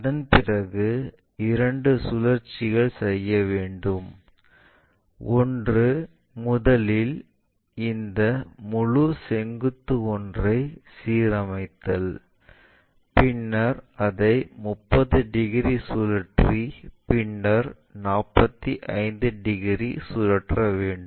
அதன் பிறகு இரண்டு சுழற்சிகள் செய்ய வேண்டும் ஒன்று முதலில் இந்த முழு செங்குத்து ஒன்றை சீரமைத்தல் பின்னர் அதை 30 டிகிரி சுழற்றி பின்னர் 45 டிகிரி சுழற்ற வேண்டும்